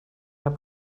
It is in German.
herr